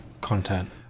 content